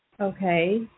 Okay